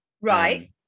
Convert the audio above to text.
Right